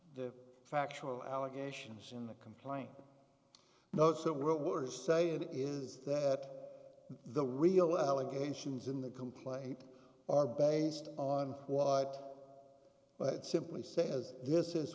the factual allegations in the complaint notes that were say it is that the real allegations in the complaint are based on what but simply says this is